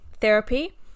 therapy